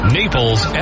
naples